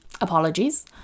Apologies